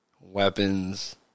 weapons